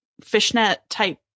fishnet-type